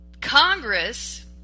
Congress